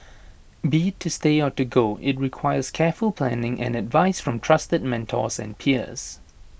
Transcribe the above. be to stay or to go IT requires careful planning and advice from trusted mentors and peers